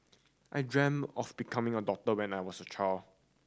I dreamt of becoming a doctor when I was a child